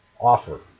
offer